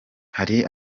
hari